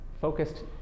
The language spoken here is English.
focused